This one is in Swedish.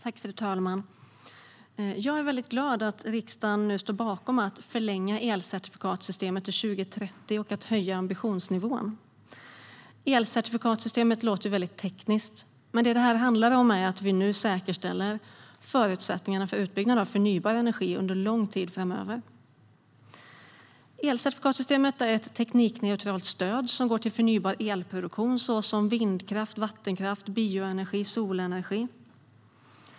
Fru talman! Jag är väldigt glad att riksdagen nu står bakom att förlänga elcertifikatssystemet till 2030 och höja ambitionsnivån. Elcertifikatssystemet låter väldigt tekniskt, men det som det här handlar om är att vi nu säkerställer förutsättningarna för utbyggnaden av förnybar energi under lång tid framöver. Elcertifikatssystemet är ett teknikneutralt stöd som går till förnybar elproduktion såsom vindkraft, vattenkraft, bioenergi och solenergi.